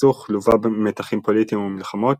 הסכסוך לווה במתחים פוליטיים ומלחמות,